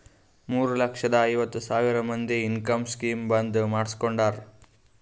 ಮೂರ ಲಕ್ಷದ ಐವತ್ ಸಾವಿರ ಮಂದಿ ಇನ್ಕಮ್ ಸ್ಕೀಮ್ ಬಂದ್ ಮಾಡುಸ್ಕೊಂಡಾರ್